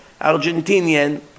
Argentinian